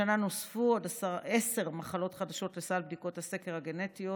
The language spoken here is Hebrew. השנה נוספו עוד עשר מחלות חדשות לסל בדיקות הסקר הגנטיות.